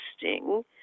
interesting